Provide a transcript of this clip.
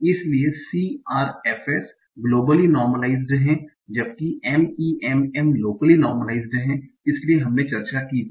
इसलिए CRF's globally normalised हैं जबकि MEMM लोकली नार्मलाईस्ड हैं इसलिए हमने चर्चा की थी